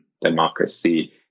democracy